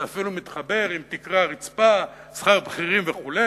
זה אפילו מתחבר עם תקרה-רצפה, שכר בכירים וכו'.